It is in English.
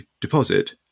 deposit